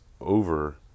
over